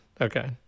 Okay